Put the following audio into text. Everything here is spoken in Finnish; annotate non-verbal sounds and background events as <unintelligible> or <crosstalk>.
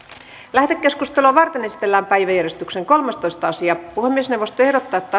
lähetekeskustelua varten esitellään päiväjärjestyksen kolmastoista asia puhemiesneuvosto ehdottaa että <unintelligible>